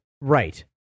right